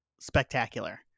Spectacular